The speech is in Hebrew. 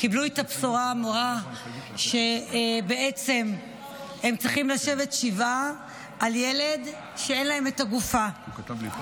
קיבלו את הבשורה המרה שהם צריכים לשבת שבעה על ילד שאין להם את גופתו.